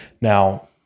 Now